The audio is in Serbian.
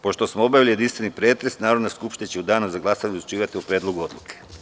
Pošto smo obavili jedinstveni pretres, Narodna skupština će u danu za glasanje odlučivati o Predlogu odluke.